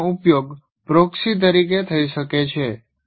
તેનો ઉપયોગ પ્રોક્સી તરીકે થઈ શકે છે